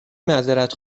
معذرت